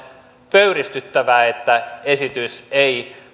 pöyristyttävää että esitys ei